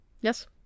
yes